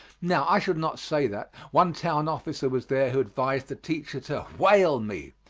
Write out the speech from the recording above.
now, i should not say that. one town officer was there who advised the teacher to whale me,